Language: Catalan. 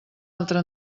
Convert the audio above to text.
altra